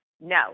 no